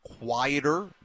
quieter